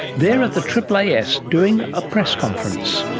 they're at the aaas doing a press conference.